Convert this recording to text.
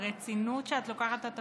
הרצינות שבה את לוקחת את התפקיד,